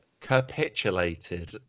capitulated